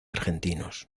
argentinos